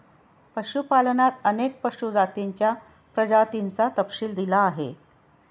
पशुपालनात अनेक पशु जातींच्या प्रजातींचा तपशील दिला आहे